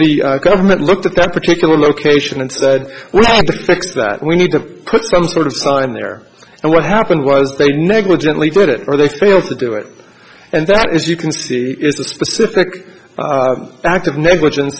the government looked at that particular location and said well the fact that we need to put some sort of sign there and what happened was they negligently did it or they failed to do it and that is you can see it's a specific act of negligence